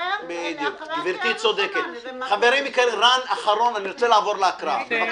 רן מלמד אחרון ואני רוצה לעבור להקראה, בבקשה.